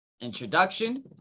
Introduction